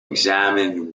examines